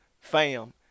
Fam